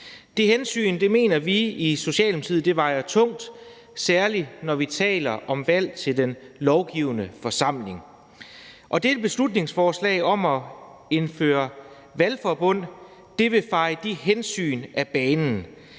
Det hensyn mener vi i Socialdemokratiet vejer tungt, særlig når vi taler om valg til den lovgivende forsamling, og dette beslutningsforslag om at indføre valgforbund vil feje de hensyn af banen.